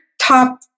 top